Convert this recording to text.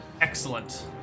Excellent